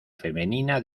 femenina